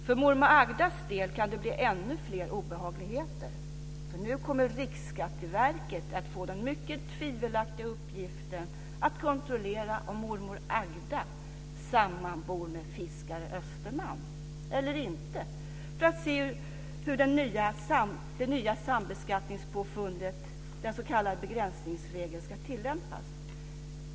För mormor Agdas del kan det bli ännu fler obehagligheter. Nu kommer nämligen Riksskatteverket att få den mycket tvivelaktiga uppgiften att kontrollera om mormor Agda sammanbor med fiskare Österman eller inte för att se hur det nya sambeskattningspåfundet, den s.k. begränsningsregeln, ska tillämpas.